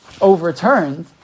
overturned